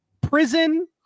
prison